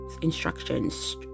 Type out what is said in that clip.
instructions